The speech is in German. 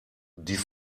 die